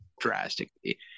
drastically